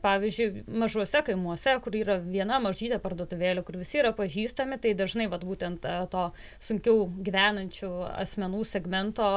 pavyzdžiui mažuose kaimuose kur yra viena mažytė parduotuvėlė kur visi yra pažįstami tai dažnai vat būtent to sunkiau gyvenančių asmenų segmento